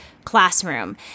classroom